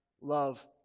love